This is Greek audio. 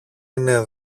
είναι